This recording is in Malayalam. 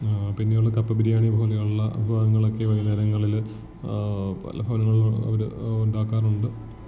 പിന്നെയുള്ള കപ്പ ബിരിയാണി പോലെയുള്ള വിഭവങ്ങളൊക്കെ വൈകുന്നേരങ്ങളിൽ പല ഭവനങ്ങളിലും അവർ ഉണ്ടാക്കാറുണ്ട്